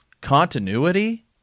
continuity